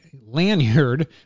lanyard